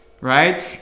right